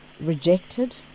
rejected